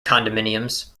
condominiums